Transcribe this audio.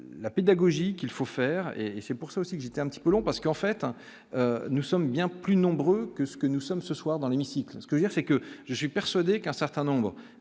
la pédagogie qu'il faut faire et c'est pour ça aussi que j'étais un petit peu long parce que, en fait, hein, nous sommes bien plus nombreuses que ce que nous sommes ce soir dans l'hémicycle ce que dire, c'est que je suis persuadé qu'un certain nombre